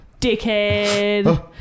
dickhead